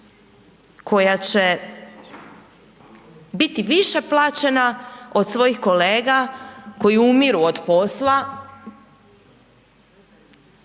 koja će biti više plaćena od svojih kolega koji umiru od posla